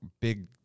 big